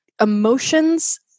Emotions